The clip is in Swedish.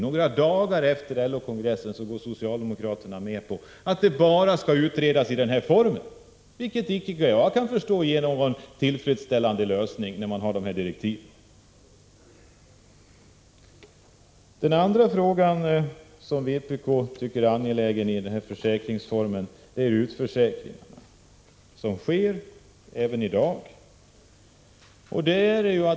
Några dagar efter LO-kongressen går socialdemokraterna alltså passivt med på att frågan skall utredas på ett sätt som såvitt jag förstår av direktiven inte kan leda till någon tillfredsställande lösning. Den andra frågan som vpk tycker är angelägen är frågan om utförsäkringen, som sker även i dag.